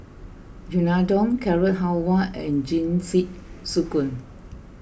Unadon Carrot Halwa and